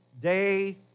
day